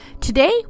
Today